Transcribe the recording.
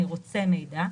אני רוצה מידע,